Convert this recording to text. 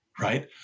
right